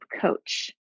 coach